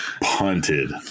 punted